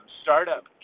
startup